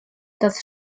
das